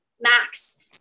Max